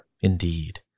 Indeed